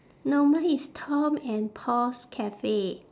no mine is tom and paul's cafe